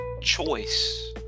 choice